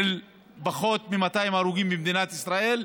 של פחות מ-200 הרוגים במדינת ישראל,